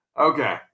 Okay